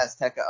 azteca